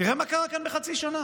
תראה מה קרה כאן בחצי שנה.